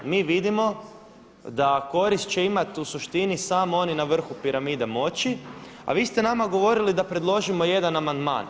Mi vidimo sa korist će imati u suštini samo oni na vrhu piramide moći, a vi ste nama govorili da predložimo jedan amandman.